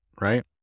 Right